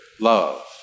love